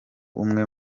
umwe